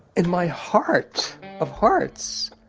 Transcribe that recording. in my heart of hearts,